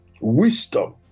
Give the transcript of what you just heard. wisdom